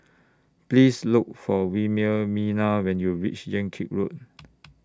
Please Look For Wilhelmina when YOU REACH Yan Kit Road